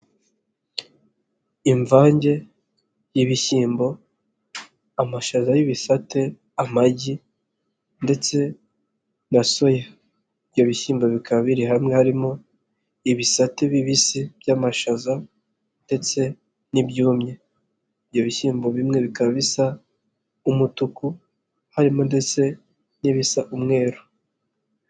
Imvange y'ibishyimbo, amashaza y'ibisate, amagi ndetse na soya, ibyo bishyimbo bikaba biri hamwe harimo ibisate bibisi by'amashaza ndetse n'ibyumye, ibyo bishyimbo bimwe bikaba bisa umutuku harimo ndetse n'ibisa umweru.